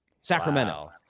sacramento